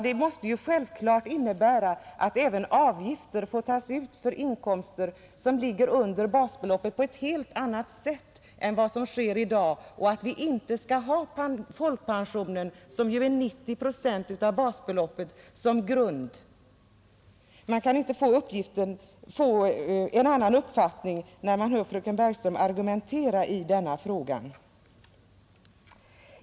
Det måste självklart innebära att även avgifter får tas ut på inkomster, som ligger under basbeloppet, på ett helt annat sätt än vad som sker i dag och att vi inte skall ha folkpensionen, som ju är 90 procent av basbeloppet som grund. Man kan inte få en annan uppfattning, när man hör fröken Bergström argumentera i denna fråga.